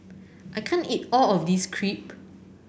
I can't eat all of this Crepe